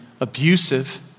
abusive